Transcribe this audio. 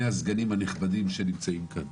הסגנים הנכבדים שנמצאים כאן,